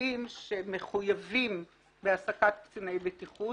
במפעלים שמחויבים בהעסקת קציני בטיחות